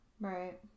Right